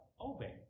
obey